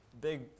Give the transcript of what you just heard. big